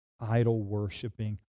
idol-worshiping